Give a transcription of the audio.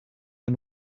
and